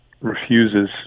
refuses